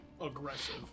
aggressive